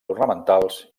ornamentals